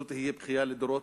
וזאת תהיה בכייה לדורות,